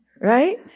Right